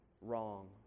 wrong